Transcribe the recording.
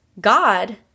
God